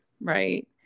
Right